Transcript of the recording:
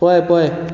पळय पळय